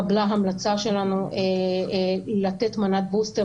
האלה התקבלה ההמלצה שלנו לתת מנת בוסטר